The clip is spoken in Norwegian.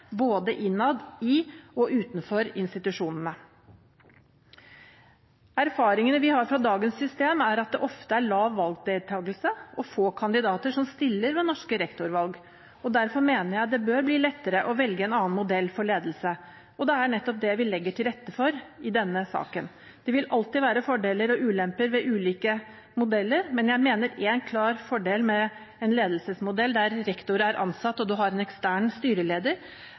både innad i og utenfor institusjonene. Erfaringene vi har fra dagens system, er at det ofte er lav valgdeltakelse og få kandidater som stiller ved norske rektorvalg. Derfor mener jeg det bør bli lettere å velge en annen modell for ledelse, og det er nettopp det vi legger til rette for i denne saken. Det vil alltid være fordeler og ulemper ved ulike modeller, men jeg mener en klar fordel med en ledelsesmodell der rektor er ansatt og en har en ekstern styreleder,